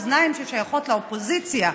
אוזניים ששייכות לאופוזיציה,